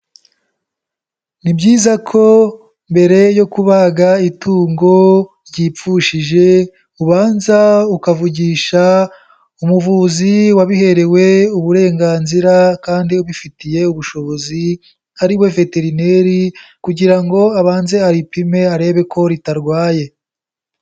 Ni byiza ko mbere yo kubaga itungo ryipfushije ubanza ukavugisha umuvuzi wabiherewe uburenganzira kandi ubifitiye ubushobozi ari we veterineri kugira ngo abanze aripime arebe ko ritarwaye.